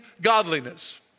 godliness